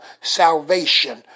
salvation